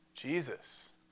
Jesus